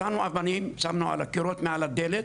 מצאנו אבנים שמנו על הקירות מעל הדלת,